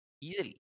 easily